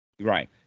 Right